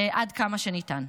עד כמה שניתן.